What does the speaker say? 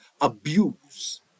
abuse